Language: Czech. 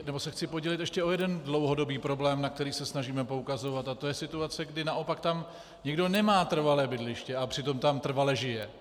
Nebo se chci podělit ještě o jeden dlouhodobý problém, na který se snažíme poukazovat, a to je situace, kdy naopak tam někdo nemá trvalé bydliště a přitom tam trvale žije.